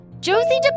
Josie